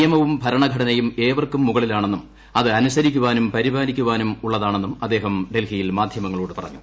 നിയമവും ഭരണഘടനയും ഏവർക്കും മുകളിലാണെന്നും അത് അനുസരിക്കാനും പാലിക്കാനും ഉള്ളതാളുണ്ണും അദ്ദേഹം ഡൽഹിയിൽ മാധ്യമങ്ങളോട് പറഞ്ഞു